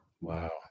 wow